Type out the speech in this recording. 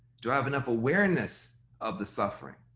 do i have enough awareness of the suffering?